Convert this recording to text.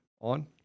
on